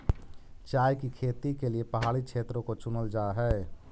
चाय की खेती के लिए पहाड़ी क्षेत्रों को चुनल जा हई